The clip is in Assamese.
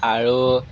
আৰু